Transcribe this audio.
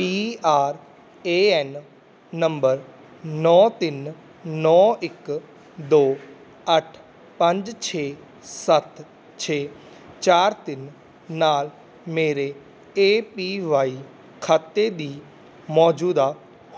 P R A N number ਨੌਂ ਤਿੰਨ ਨੌਂ ਇੱਕ ਦੋ ਅੱਠ ਪੰਜ ਛੇ ਸੱਤ ਛੇ ਚਾਰ ਤਿੰਨ ਨਾਲ ਮੇਰੇ ਏ ਪੀ ਵਾਈ ਖਾਤੇ ਦੀ ਮੌਜੂਦਾ